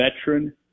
veteran